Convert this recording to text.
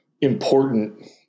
important